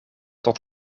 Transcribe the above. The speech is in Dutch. tot